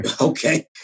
Okay